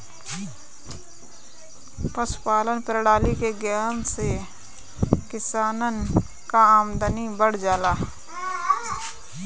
पशुपालान प्रणाली के ज्ञान से किसानन कअ आमदनी बढ़ जाला